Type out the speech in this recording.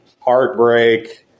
heartbreak